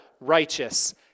righteous